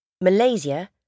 Malaysia